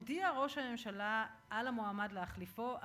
הודיע ראש הממשלה על המועמד להחליפו,